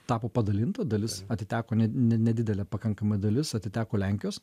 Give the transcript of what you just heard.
tapo padalinta dalis atiteko ne nedidelė pakankamai dalis atiteko lenkijos